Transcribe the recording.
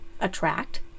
attract